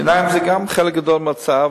שיניים זה גם חלק גדול מההוצאה,